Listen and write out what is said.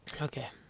okay